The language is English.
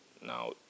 now